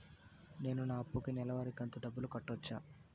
నేను నా అప్పుకి నెలవారి కంతు డబ్బులు కట్టొచ్చా?